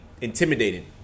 intimidating